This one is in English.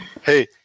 Hey